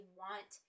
want